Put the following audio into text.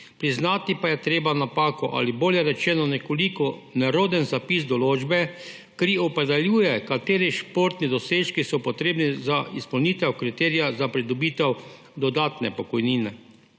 Priznati pa je treba napako ali, bolje rečeno, nekoliko neroden zapis določbe, ki opredeljuje, kateri športni dosežki so potrebni za izpolnitev kriterija za pridobitev dodatka k pokojnini.